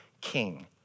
king